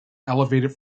elevated